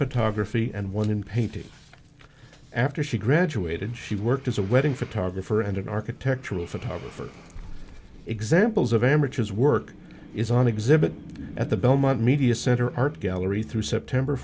photography and one in painting after she graduated she worked as a wedding photographer and an architectural photographer examples of amateurs work is an exhibit at the belmont media center art gallery through september